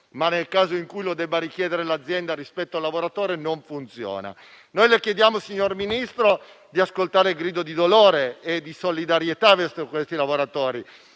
nel caso in cui lo debba richiedere l'azienda rispetto al lavoratore non funziona. Noi le chiediamo, signor Ministro, di ascoltare il grido di dolore e di solidarietà verso questi lavoratori.